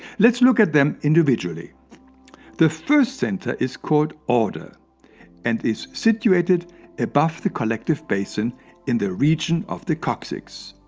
let's look at them individually the first center is called order and is situated above the collective basin in the region of the coccyx.